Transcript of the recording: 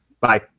bye